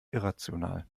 irrational